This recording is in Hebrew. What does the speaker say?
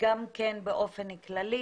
גם כן באופן כללי,